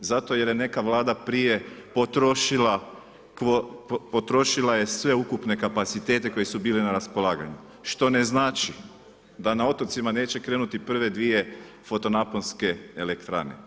Zato jer je neka Vlada prije potrošila sve ukupne kapacitete koji su bili na raspolaganju, što ne znači da na otocima neće krenuti prve dvije fotonaponske elektrane.